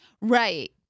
right